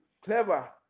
clever